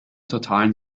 totalen